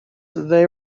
they